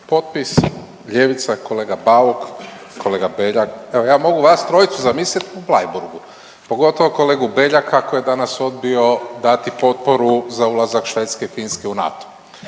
potpis, ljevica, kolega Bauk, kolega Beljak. Evo ja mogu vas trojicu zamisliti u Bleiburgu, pogotovo kolegu Beljaka koji je danas odbio dati potporu za ulazak Švedske i Finske u NATO.